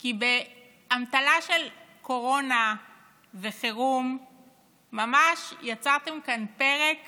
כי באמתלה של קורונה וחירום יצרתם כאן פרק